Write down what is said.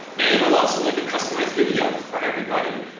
and it'll also make a customized video for everybody,